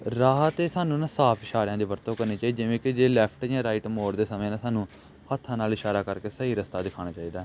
ਰਾਹ 'ਤੇ ਸਾਨੂੰ ਨਾ ਸਾਫ ਇਸ਼ਾਰਿਆਂ ਦੀ ਵਰਤੋਂ ਕਰਨੀ ਚਾਹੀਦੀ ਜਿਵੇਂ ਕਿ ਜੇ ਲੈਫਟ ਜਾਂ ਰਾਈਟ ਮੋੜਦੇ ਸਮੇਂ ਨਾ ਸਾਨੂੰ ਹੱਥਾਂ ਨਾਲ ਇਸ਼ਾਰਾ ਕਰਕੇ ਸਹੀ ਰਸਤਾ ਦਿਖਾਉਣਾ ਚਾਹੀਦਾ